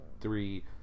three